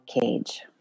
Cage